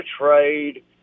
trade